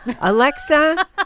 Alexa